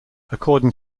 according